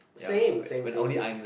same same same same